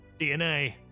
DNA